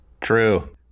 True